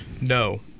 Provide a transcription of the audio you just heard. No